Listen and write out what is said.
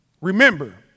remember